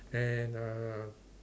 and uh